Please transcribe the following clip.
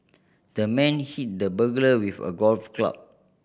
the man hit the burglar with a golf club